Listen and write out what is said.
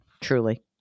truly